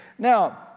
Now